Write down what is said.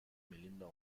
melinda